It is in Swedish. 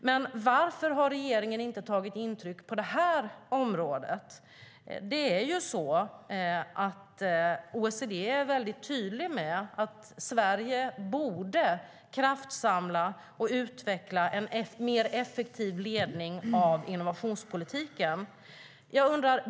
Men varför har regeringen inte tagit intryck på detta område? OECD är väldigt tydlig med att Sverige borde kraftsamla och utveckla en mer effektiv ledning av innovationspolitiken.